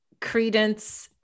credence